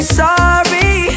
sorry